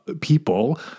people